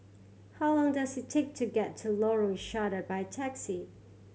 how long does it take to get to Lorong Sarhad by taxi